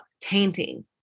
tainting